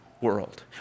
world